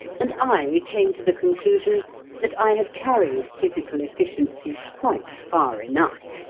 and i came to the conclusion that i had carried physical efficiency quite far enough.